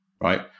right